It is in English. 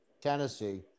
Tennessee